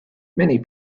many